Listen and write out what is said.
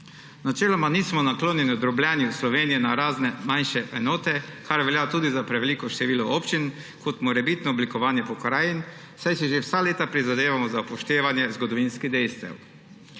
Načeloma nismo naklonjeni drobljenju Slovenije na razne manjše enote, kar velja tudi za preveliko število občin kot morebitno oblikovanje pokrajin, saj si že vsa leta prizadevamo za upoštevanje zgodovinskih dejstev.